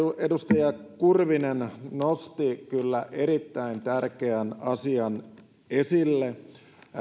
edustaja kurvinen nosti kyllä erittäin tärkeän asian esille